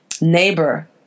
neighbor